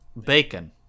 bacon